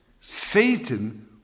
Satan